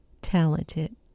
talented